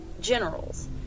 Generals